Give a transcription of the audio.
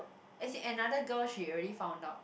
as in another girl she already found out